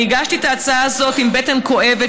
אני הגשתי את ההצעה הזאת עם בטן כואבת